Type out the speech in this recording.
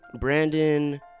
Brandon